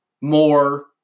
more